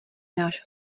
náš